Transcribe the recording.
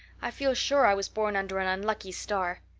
i feel sure i was born under an unlucky star.